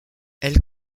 elle